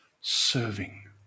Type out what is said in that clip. serving